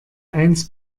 eins